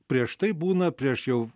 prieš tai būna prieš jau